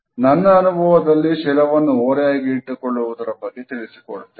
ನನ್ನ ಅನುಭವದಲ್ಲಿ ಶಿರವನ್ನು ಓರೆಯಾಗಿ ಇಟ್ಟುಕೊಳ್ಳುವುದರ ಬಗ್ಗೆ ತಿಳಿಸಿಕೊಡುತ್ತೇನೆ